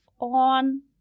on